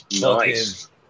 Nice